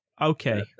Okay